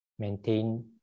Maintain